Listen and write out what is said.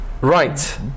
right